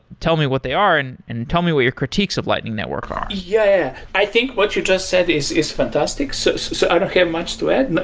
tell me what they are and and tell me what your critiques of lightning network are. yeah. i think what you just said is is fantastic. so so i don't have much to add.